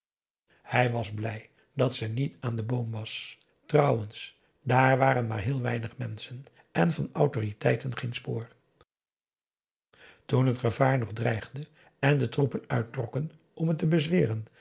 hij was blij dat ze niet aan den boom was trouwens daar waren maar heel weinig menschen en van autoriteiten geen spoor toen het gevaar nog dreigde en de troepen uittrokken om het te bezweren